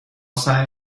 سعی